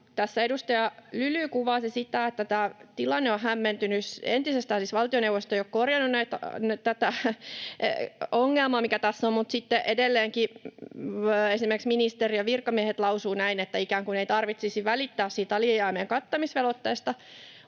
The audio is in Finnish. edustaja Lyly kuvasi sitä, että tämä tilanne on hämmentynyt entisestään. Siis valtioneuvosto ei ole korjannut tätä ongelmaa, mikä tässä on, mutta sitten edelleenkin esimerkiksi ministeriön virkamiehet lausuvat näin, että ikään kuin ei tarvitsisi välittää siitä alijäämien kattamisvelvoitteesta.